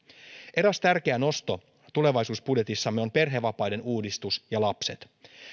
eräs tärkeä nosto tulevaisuusbudjetissamme on perhevapaiden uudistus ja lapset